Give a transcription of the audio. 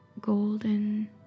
golden